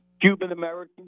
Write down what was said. Cuban-American